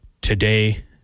today